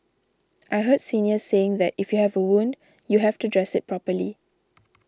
I heard seniors saying that if you have a wound you have to dress it properly